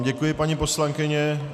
Děkuji vám, paní poslankyně.